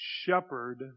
shepherd